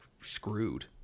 screwed